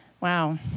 wow